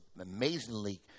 amazingly